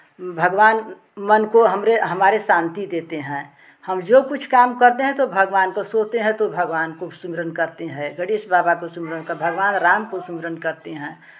भगवान मन को हमरे हमारे शांति देते हैं हम जो कुछ काम करते हैं तो भगवान को सोते हैं तो भगवान को सुमिरन करते हैं गणेश बाबा को सुमिरन भगवान राम को सुमिरन करते हैं